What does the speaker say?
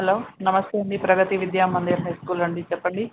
hello నమస్తే అండి Pragati Vidya Mandir high school అండి చెప్పండి